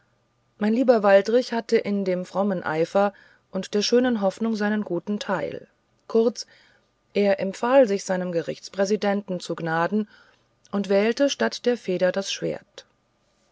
mein lieber waldrich hatte in dem frommen eifer und der schönen hoffnung seinen guten teil kurz er empfahl sich seinem gerichtspräsidenten zu gnaden und wählte statt der feder das schwert